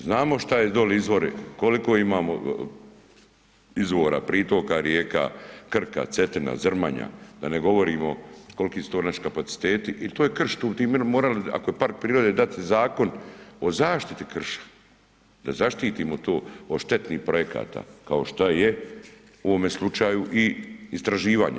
Znamo šta je dolje izvori, koliko imamo izvora pritoka, rijeka Krka, Cetina, Zrmanja, da ne govorimo koliko su to naši kapaciteti i to je krš, tu bi mi morali ako je park prirode dati zakon o zaštiti krša, da zaštitimo to od štetnih projekata kao što je u ovome slučaju i istraživanje.